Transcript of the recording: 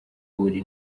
buri